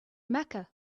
mecca